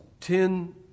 ten